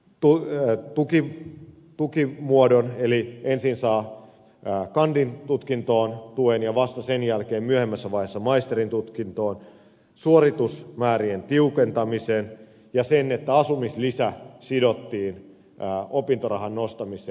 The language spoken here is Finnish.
tuija ja puki tukimuodon eli ensin saa kandin tutkintoon tuen ja vasta sen jälkeen myöhemmässä vaiheessa maisterin tutkintoon suoritusmäärien tiukentamisen ja sen että asumislisä sidottiin opintorahan nostamiseen